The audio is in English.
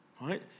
right